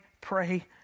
pray